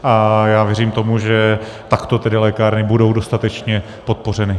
A já věřím tomu, že takto tedy lékárny budou dostatečně podpořeny.